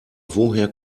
woher